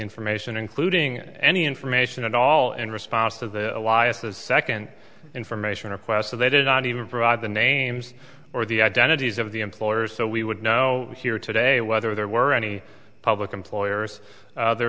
information including any information at all in response to the why is the second information request so they didn't even provide the names or the identities of the employers so we would know here today whether there were any public employers there